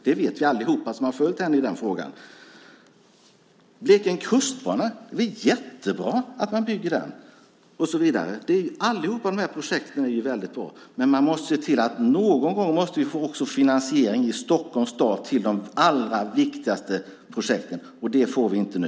Det vet vi allihop som har följt henne i den frågan. Blekinge kustbana är väl jättebra att man bygger, och så vidare. Alla de här projekten är ju väldigt bra, men man måste se till att någon gång få finansiering i Stockholms stad till de allra viktigaste projekten. Det får vi inte nu.